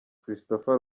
christopher